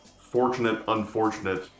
fortunate-unfortunate